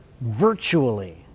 virtually